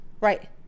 right